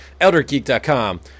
ElderGeek.com